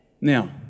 Now